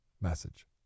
message